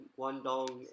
Guangdong